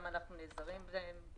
גם אנחנו נעזרים בהם.